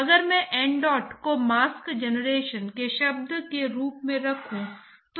तो वह लंबाई पैमाना है जिसका उपयोग आपको इस रेनॉल्ड्स संख्या को परिभाषित करने के लिए करना चाहिए